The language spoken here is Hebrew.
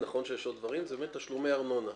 נכון שיש עוד דברים זה תשלומי ארנונה.